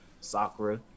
Sakura